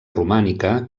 romànica